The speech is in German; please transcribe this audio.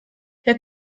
herr